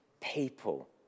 people